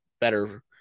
better